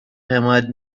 حمایت